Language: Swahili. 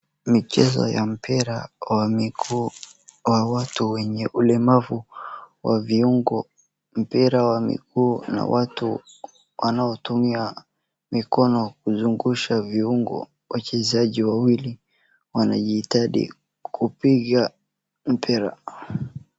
Michezo ya mpira wa miguu wa watu wenye ulemavu wa viungo. Mpira wa miguu na watu wanaotumia mikono kuzungusha viungo. Wachezaji wawili wanajitahidi kupiga mpira.